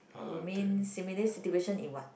you mean similar situation in what